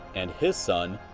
and his son,